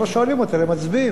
לא שואלים אותי אלא מצביעים.